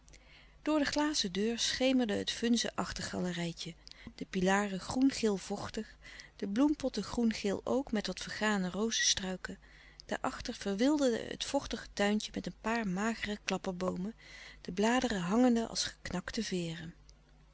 door de glazen deur schemerde het vunze achtergalerijtje de pilaren groengeel vochtig de bloempotten groengeel ook met wat vergane rozestruiken daarachter verwilderde het vochtige tuintje met een paar magere klapperboomen de bladeren hangende als geknakte veêren